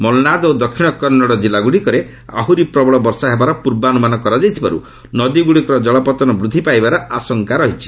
ମଲ୍ନାଦ୍ ଓ ଦକ୍ଷିଣ କନ୍ନଡ଼ କିଲ୍ଲାଗୁଡ଼ିକରେ ଆହୁରି ପ୍ରବଳ ବର୍ଷା ହେବାର ପୂର୍ବାନୁମାନ କରାଯାଇଥିବାରୁ ନଦୀଗୁଡ଼ିକର ଜଳପତନ ବୃଦ୍ଧି ପାଇବାର ଆଶଙ୍କା ରହିଛି